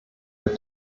der